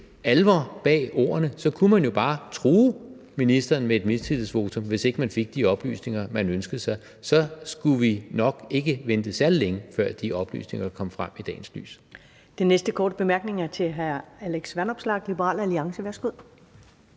alvor bag ordene, kunne man jo bare true ministeren med et mistillidsvotum, hvis man ikke fik de oplysninger, man ønskede sig. Så skulle vi nok ikke vente særlig længe, før de oplysninger kom frem i dagens lys. Kl. 16:47 Første næstformand (Karen Ellemann): Den næste korte bemærkning er til hr. Alex Vanopslagh, Liberal Alliance. Værsgo.